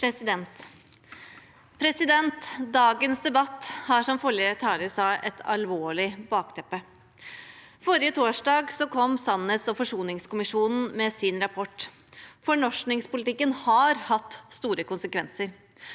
Dagens debatt har, som forrige taler sa, et alvorlig bakteppe. Forrige torsdag kom sannhets- og forsoningskommisjonen med sin rapport. Fornorskningspolitikken har hatt store konsekvenser.